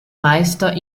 meister